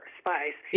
spice